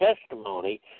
testimony